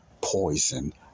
poison